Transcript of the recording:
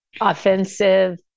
offensive